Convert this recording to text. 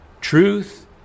Truth